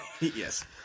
Yes